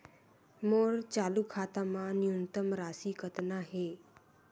मोर चालू खाता मा न्यूनतम राशि कतना हे?